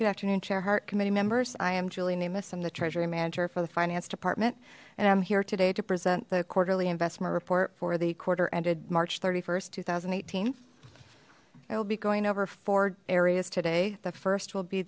good afternoon chair hart committee members i am julian amos and the treasury manager for the finance department and i'm here today to present the quarterly investment report for the quarter ended march st two thousand and eighteen i will be going over four areas today the first will be